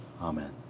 Amen